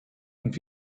und